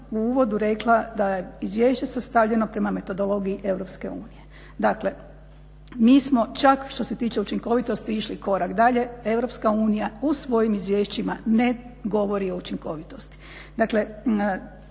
u uvodu rekla da je izvješće sastavljeno prema metodologiji EU. Dakle, mi smo čak što se tiče učinkovitosti išli korak dalje, EU u svojim izvješćima ne govori o učinkovitosti.